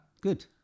Good